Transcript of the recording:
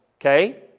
okay